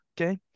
Okay